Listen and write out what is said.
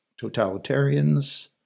totalitarians